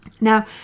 Now